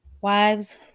Wives